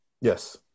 Yes